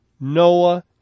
Noah